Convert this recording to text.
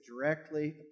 directly